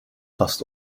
vast